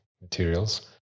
materials